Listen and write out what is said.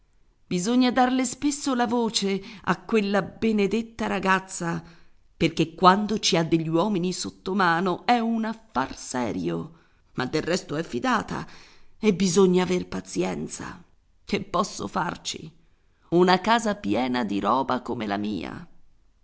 bisogna darle spesso la voce a quella benedetta ragazza perché quando ci ha degli uomini sottomano è un affar serio ma del resto è fidata e bisogna aver pazienza che posso farci una casa piena di roba come la mia